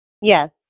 Yes